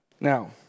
Now